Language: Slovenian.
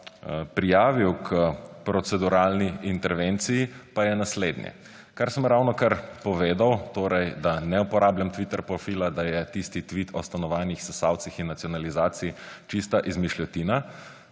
prijavil k proceduralni intervenciji, pa je naslednje. Kar sem ravnokar povedal, torej da ne uporabljam Twitter profila, da je tisti tvit o stanovanjih, sesalcih in nacionalizaciji čista izmišljotina,